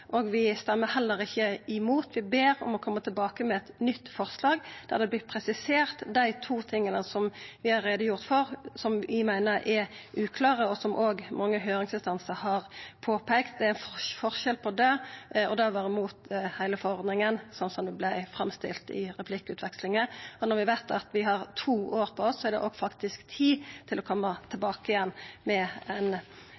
og som vi er positive til. Vi stemmer heller ikkje imot. Vi ber om at ein kjem tilbake med eit nytt forslag der dei to tinga vi har gjort greie for, vert presiserte, som vi meiner er uklare, og som mange høyringsinstansar har peika på. Det er forskjell på det og å det å vera imot heile forordninga, slik det vart framstilt i replikkvekslinga. Når vi veit at vi har to år på oss, er det faktisk òg tid til å